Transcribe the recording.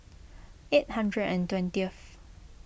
eight hundred and twentieth